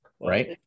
right